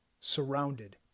surrounded